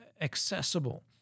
accessible